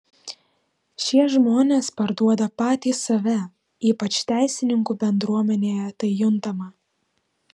šie žmonės parduoda patys save ypač teisininkų bendruomenėje tai juntama